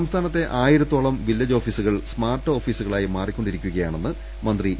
സംസ്ഥാനത്തെ ആയിരത്തോളം വില്ലേജ് ഓഫീസുകൾ സ്മാർട്ട് ഓഫീസുകളായി മാറിക്കൊണ്ടിരിക്കുകയാ ണെന്ന് മന്ത്രി ഇ